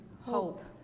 hope